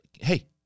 Hey